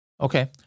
Okay